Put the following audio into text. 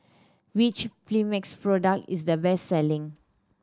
which Mepilex product is the best selling